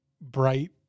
bright